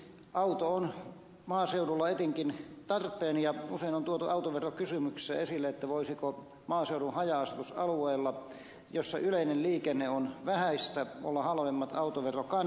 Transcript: auto on maaseudulla etenkin tarpeen ja usein on tuotu autoverokysymyksessä esille voisiko maaseudun haja asutusalueilla joilla yleinen liikenne on vähäistä olla halvemmat autoverokannat